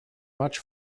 much